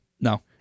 no